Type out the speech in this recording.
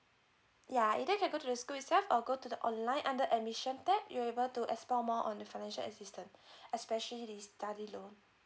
ya either you can go to school itself or go to the online under admission tab you're able to explore more on the financial assistance especially the study loan